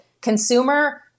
consumer